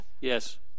Yes